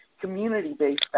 community-based